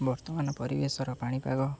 ବର୍ତ୍ତମାନ ପରିବେଶର ପାଣିପାଗ